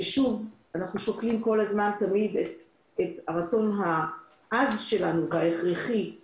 כי אנחנו שוקלים כל הזמן את הרצון העז וההכרחי שלנו